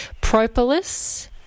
propolis